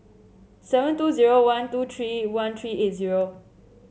seven two zero one two three one three eight zero